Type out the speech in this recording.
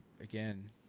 again